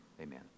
Amen